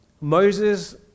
Moses